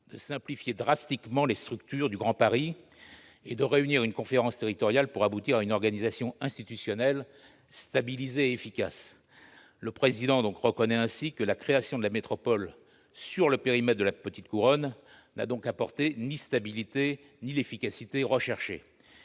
de « simplifier drastiquement les structures » du Grand Paris et de réunir une conférence territoriale pour aboutir à « une organisation institutionnelle stabilisée et efficace ». Le Président de la République reconnaît ainsi que la création de la métropole sur le périmètre de la petite couronne n'a apporté ni la stabilité ni l'efficacité recherchées.